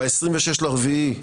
ב-26 באפריל,